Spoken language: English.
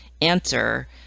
answer